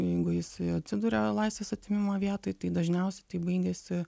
jeigu jis atsiduria laisvės atėmimo vietoj tai dažniausiai tai baigiasi